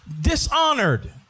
dishonored